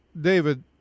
David